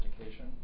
education